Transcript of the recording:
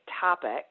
topic